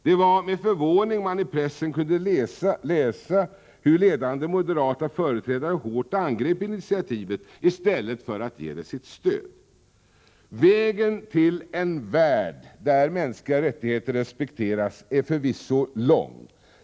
Det var med förvåning man i pressen kunde läsa hur ledande moderata företrädare hårt angrep initiativet i stället för att ge det sitt stöd. Vägen till en värld där mänskliga rättigheter respekteras är förvisso lång.